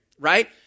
right